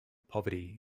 poverty